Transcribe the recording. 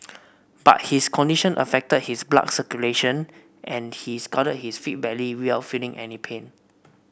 but his condition affected his blood circulation and he scalded his feet badly without feeling any pain